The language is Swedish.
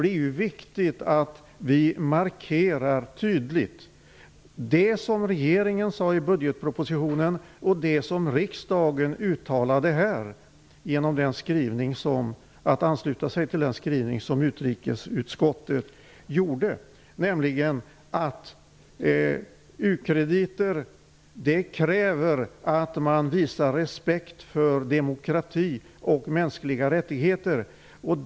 Det är ju viktigt att vi tydligt markerar det som regeringen sade i budgetpropositionen och det som riksdagen uttalade genom att ansluta sig till den skrivning som utrikesutskottet gjorde, nämligen att u-krediter kräver att man visar respekt för demokrati och mänskliga rättigheter.